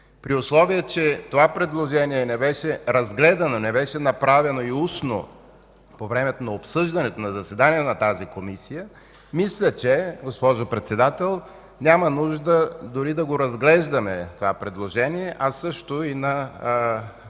при условие че то не беше разгледано, не беше направено и устно по време на обсъждането на заседание на тази Комисия, мисля, госпожо Председател, че няма нужда дори да разглеждаме това предложение, а също и предложението